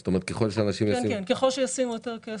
כן, ככל שישימו יותר כסף.